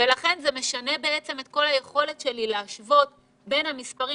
ולכן זה משנה בעצם את כל היכולת שלי להשוות בין המספרים